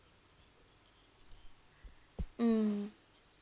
mm